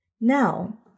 Now